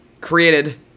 created